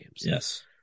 Yes